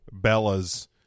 Bellas